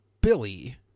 Billy